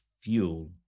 fuel